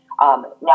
Now